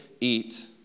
eat